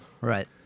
Right